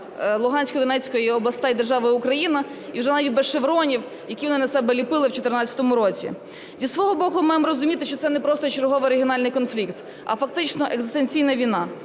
Луганської, Донецької областей держави Україна, і вже навіть без шевронів, які вони на себе ліпили в 14-му році. Зі свого боку маємо розуміти, що це не просто черговий регіональний конфлікт, а фактично екзистенційна війна,